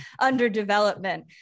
underdevelopment